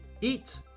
Eat